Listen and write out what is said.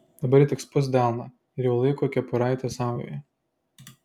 dabar ji tik spust delną ir jau laiko kepuraitę saujoje